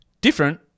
Different